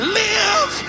live